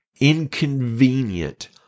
inconvenient